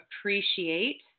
appreciate